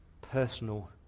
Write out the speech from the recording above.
personal